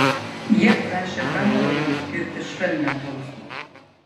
jie prašė kameronui skirti švelnią bausmę